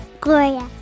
Gloria